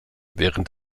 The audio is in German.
während